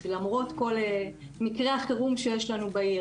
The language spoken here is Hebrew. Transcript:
למרות כל מקרי החירום שיש לנו בעיר,